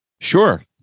sure